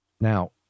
Now